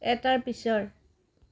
এটাৰ পিছৰ